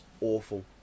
awful